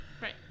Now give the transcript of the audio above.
Right